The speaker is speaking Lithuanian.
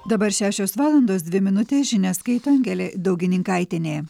dabar šešios valandos dvi minutės žinias skaito angelė daugininkaitienė